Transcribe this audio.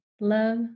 Love